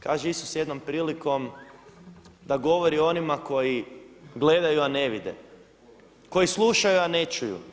Kaže Isus jednom prilikom da govori onima koji gledaju a ne vide, koji slušaju a ne čuju.